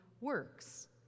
works